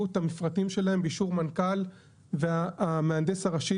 את המפרטים שלהם באישור מנכ"ל והמהנדס הראשי.